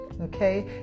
okay